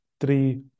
three